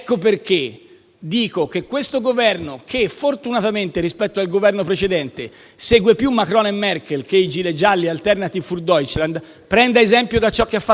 dico che il Governo, che fortunatamente rispetto al Governo precedente segue più Macron e Merkel che i *gilet* gialli e Alternative für Deutschland, deve prendere esempio da ciò che ha fatto Macron ieri: